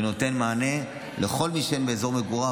שנותן מענה לכל מי שאין באזור מגוריו,